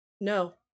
No